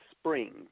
spring